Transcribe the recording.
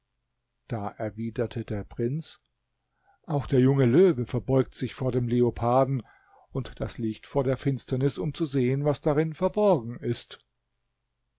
da erwiderte der prinz auch der junge löwe verbeugt sich vor dem leoparden und das licht vor der finsternis um zu sehen was darin verborgen ist